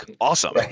Awesome